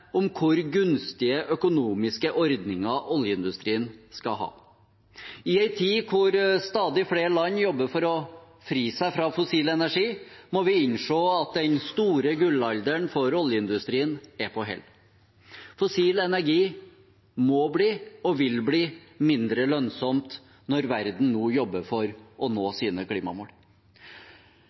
om hvor gunstige økonomiske ordninger oljeindustrien skal ha. I en tid da stadig flere land jobber for å fri seg fra fossil energi, må vi innse at den store gullalderen for oljeindustrien er på hell. Fossil energi må bli – og vil bli – mindre lønnsomt når verden nå jobber for å nå sine klimamål.